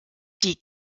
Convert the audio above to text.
die